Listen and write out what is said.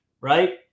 right